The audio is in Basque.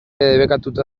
debekatuta